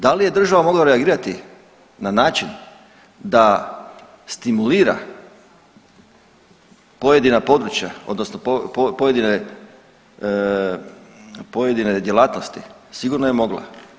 Da li je država mogla reagirati na način da stimulira pojedina područja odnosno pojedine, pojedine djelatnosti, sigurno je mogla.